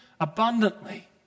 abundantly